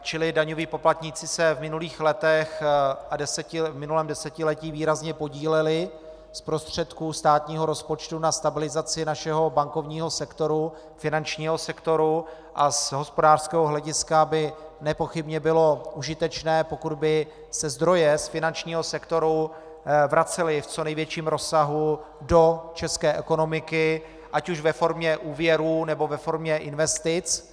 Čili daňoví poplatníci se v minulém desetiletí výrazně podíleli z prostředků státního rozpočtu na stabilizaci našeho bankovního sektoru, finančního sektoru, a z hospodářského hlediska by nepochybně bylo užitečné, pokud by se zdroje z finančního sektoru vracely v co největším rozsahu do české ekonomiky ať už ve formě úvěrů, nebo ve formě investic.